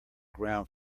ground